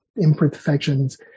imperfections